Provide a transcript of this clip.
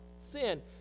sin